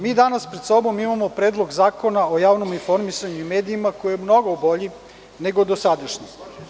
Mi danas pred sobom imamo Predlog zakona o javnom informisanju i medijima koji je mnogo bolji nego dosadašnji.